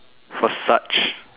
for such